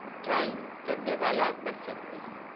drawing کرنے والا بن سکتے ہیں